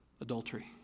adultery